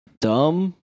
dumb